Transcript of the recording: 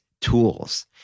tools